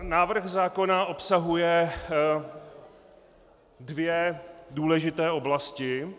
Návrh zákona obsahuje dvě důležité oblasti.